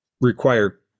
require